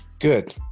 Good